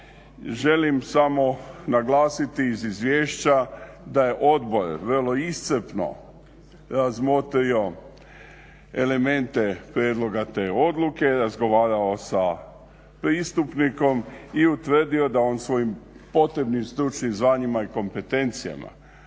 Želim samo naglasiti iz izvješća da je odbor vrlo iscrpno razmotrio elemente prijedloga te odluke, razgovarao sa pristupnikom i utvrdio da on svojim potrebnim stručnim zvanjima i kompetencijama,